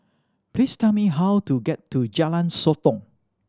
please tell me how to get to Jalan Sotong